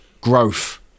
growth